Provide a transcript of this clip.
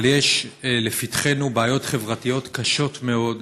אבל יש לפתחנו בעיות חברתיות קשות מאוד.